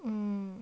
um